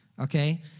okay